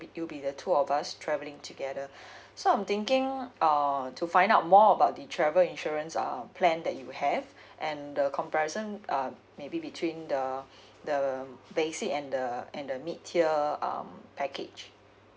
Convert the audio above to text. will be the two of us travelling together so I'm thinking um to find out more about the travel insurance uh plan that you have and the comparison um maybe between the the basic and the and the mid tier um package